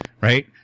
right